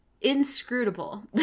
inscrutable